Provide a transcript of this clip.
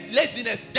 laziness